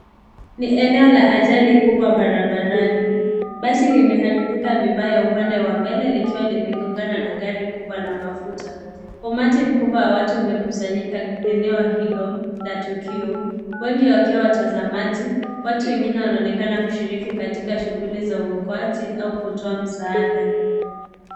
Ni eneo la ajali kubwa barabarani, basi limeharibika vibaya upande wa mbele likiwa limegongana na gari kubwa la mafuta, umati mkubwa wa watu umekusanyika eneo hilo la tukio, wengi wakiwa watazamaji, watu wengine wanaonekana kushiriki katika shughuli za uokoaji au kutoa msaada.